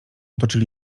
toczyli